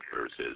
versus